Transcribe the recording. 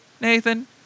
Nathan